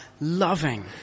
loving